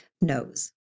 Knows